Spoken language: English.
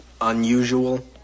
unusual